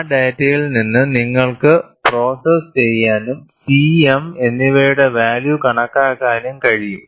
ആ ഡാറ്റയിൽ നിന്ന് നിങ്ങൾക്ക് പ്രോസസ്സ് ചെയ്യാനും Cm എന്നിവയുടെ വാല്യൂ കണക്കാക്കാനും കഴിയും